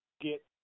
get